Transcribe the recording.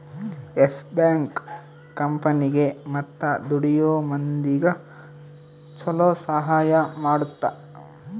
S bank ಕಂಪನಿಗೇ ಮತ್ತ ದುಡಿಯೋ ಮಂದಿಗ ಚೊಲೊ ಸಹಾಯ ಮಾಡುತ್ತ